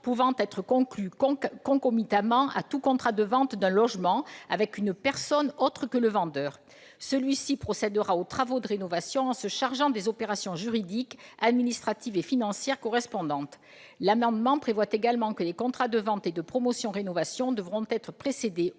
pouvant être conclu concomitamment à tout contrat de vente d'un logement, avec une personne autre que le vendeur. Celle-ci fera procéder aux travaux de rénovation en se chargeant des opérations juridiques, administratives et financières correspondantes. Nous prévoyons également que les contrats de vente et de promotion-rénovation devront être précédés